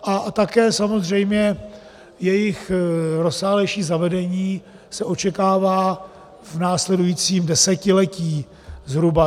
A také samozřejmě jejich rozsáhlejší zavedení se očekává v následujícím desetiletí, zhruba.